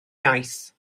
iaith